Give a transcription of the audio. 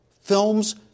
films